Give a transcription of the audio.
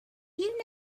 you